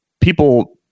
people